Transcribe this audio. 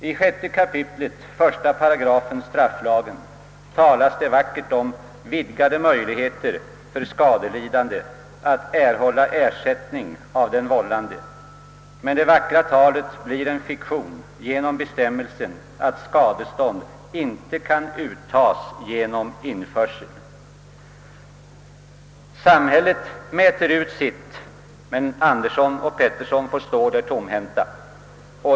I 6 kap. 1 8 strafflagen talas det vackert om vidgade möjligheter för skadelidande att erhålla ersättning av den vållande, men det vackra talet blir en fiktion genom bestämmelsen att skadestånd inte kan uttagas genom införsel. Samhället mäter ut sitt, men Andersson och Pettersson får stå där tomhänta.